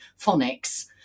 phonics